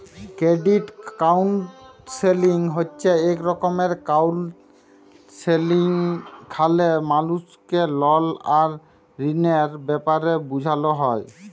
credit counselling হছে ইক রকমের কাউলসেলিংযেখালে মালুসকে লল আর ঋলের ব্যাপারে বুঝাল হ্যয়